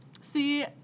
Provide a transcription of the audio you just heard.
See